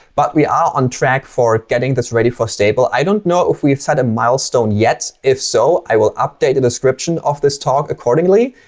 but we are on track for getting this ready for stable. i don't know if we have set a milestone yet. if so, i will update the description of this talk accordingly.